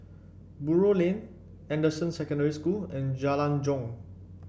Buroh Lane Anderson Secondary School and Jalan Jong